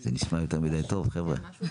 זה נשמע טוב מידי, חבר'ה.